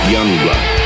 Youngblood